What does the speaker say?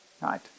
right